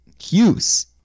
Hughes